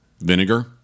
Vinegar